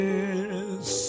Yes